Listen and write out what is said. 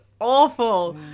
awful